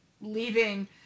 leaving